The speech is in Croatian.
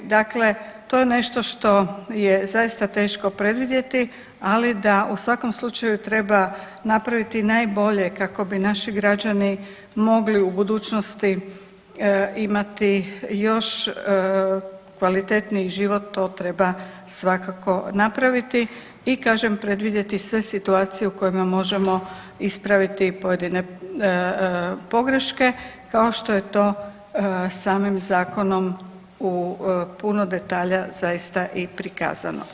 Dakle to je nešto što je zaista teško predvidjeti, ali da u svakom slučaju treba napraviti najbolje kako bi naši građani mogli u budućnosti imati još kvalitetniji život, to treba svakako napraviti i kažem, predvidjeti sve situacije u kojima možemo ispraviti pojedine pogreške kao što je to samim Zakonom u puno detalja zaista prikazano.